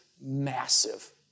massive